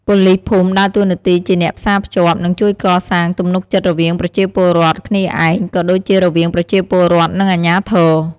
ប៉ូលីសភូមិដើរតួនាទីជាអ្នកផ្សារភ្ជាប់ និងជួយកសាងទំនុកចិត្តរវាងប្រជាពលរដ្ឋគ្នាឯង ក៏ដូចជារវាងប្រជាពលរដ្ឋ និងអាជ្ញាធរ។